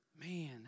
Man